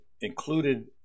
included